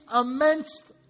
immense